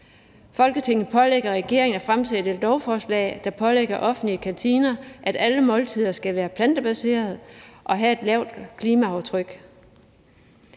Folketinget pålægger regeringen at fremsætte et lovforslag, der pålægger offentlige kantiner, at alle måltider skal være plantebaserede og have et lavt klimaaftryk,